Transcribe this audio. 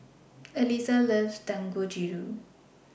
Elisa loves Dangojiru